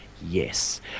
Yes